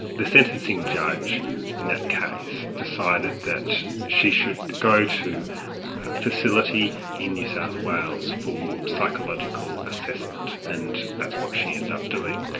the sentencing judge in that case decided that she should go to a facility in new south wales for psychological assessment, and that's what she ended up doing.